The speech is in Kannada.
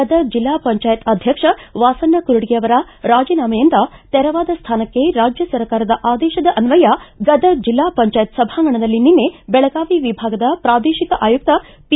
ಗದಗ್ ಜೆಲ್ಲಾ ಪಂಚಾಯತ್ ಅಧ್ಯಕ್ಷ ವಾಸಣ್ಣ ಕುರಡಗಿ ಅವರ ರಾಜೀನಾಮೆಯಿಂದ ತೆರವಾದ ಸ್ಥಾನಕ್ಕೆ ರಾಜ್ಯ ಸರ್ಕಾರದ ಆದೇಶದ ಅನ್ವಯ ಗದಗ್ ಜಿಲ್ಲಾ ಪಂಚಾಯತ್ ಸಭಾಂಗಣದಲ್ಲಿ ನಿನ್ನೆ ಬೆಳಗಾವಿ ವಿಭಾಗದ ಪ್ರಾದೇಶಿಕ ಆಯುಕ್ತ ಪಿ